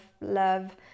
love